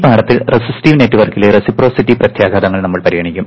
ഈ പാഠത്തിൽ റെസിസ്റ്റീവ് നെറ്റ്വർക്കിലെ റെസിപ്രൊസിറ്റി പ്രത്യാഘാതങ്ങൾ നമ്മൾ പരിഗണിക്കും